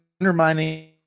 undermining